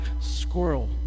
squirrel